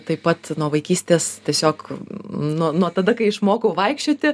taip pat nuo vaikystės tiesiog nu nuo tada kai išmokau vaikščioti